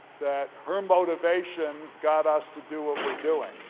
that her motivation got us to do what we're doing.